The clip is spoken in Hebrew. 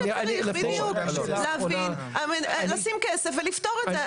צריך לשים כסף ולפתור את זה,